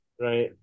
right